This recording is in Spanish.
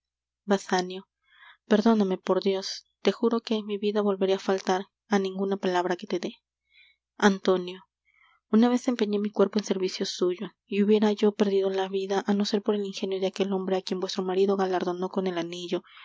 perdóname por dios te juro que en mi vida volveré á faltar á ninguna palabra que te dé antonio una vez empeñé mi cuerpo en servicio suyo y hubiera yo perdido la vida á no ser por el ingenio de aquel hombre á quien vuestro marido galardonó con el anillo